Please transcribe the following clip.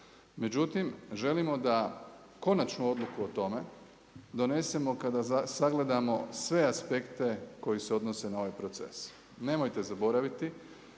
međutim želimo da konačnu odluku o tome donesemo kada sagledamo sve aspekte koji se odnose na ovaj proces. Nemojte zaboraviti